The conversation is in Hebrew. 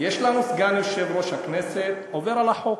יש לנו סגן יושב-ראש הכנסת, עובר על החוק: